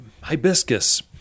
hibiscus